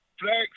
Flex